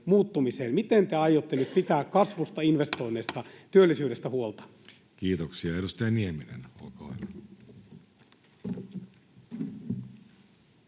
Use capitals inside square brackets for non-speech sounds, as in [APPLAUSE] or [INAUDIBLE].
Miten te aiotte nyt pitää kasvusta, investoinneista, [NOISE] työllisyydestä huolta? Kiitoksia. — Edustaja Nieminen, olkaa hyvä.